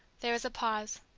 there was a pause.